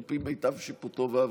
על פי מיטב שיפוטו והבנתו.